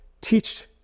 teach